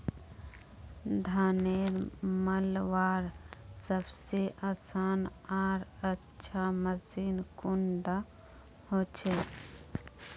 धानेर मलवार सबसे आसान आर अच्छा मशीन कुन डा होचए?